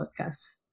podcast